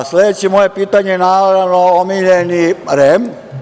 Sledeće moje pitanje, naravno, omiljeni REM.